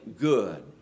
good